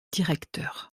directeur